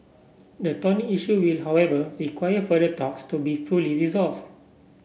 the thorny issue will however require further talks to be fully resolve